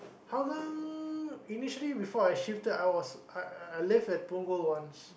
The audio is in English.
Hougang initially before I shifted I was I lived at Punggol once